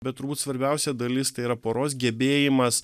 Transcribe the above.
bet turbūt svarbiausia dalis tai yra poros gebėjimas